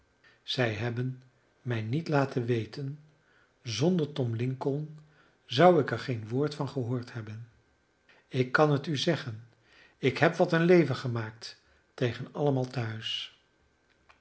zij hebben mij niet laten weten zonder tom lincoln zou ik er geen woord van gehoord hebben ik kan het u zeggen ik heb wat een leven gemaakt tegen allemaal tehuis